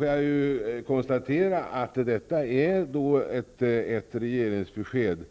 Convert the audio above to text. Jag konstaterar att detta är ett regeringsbesked.